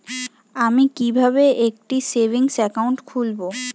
আমি কিভাবে একটি সেভিংস অ্যাকাউন্ট খুলব?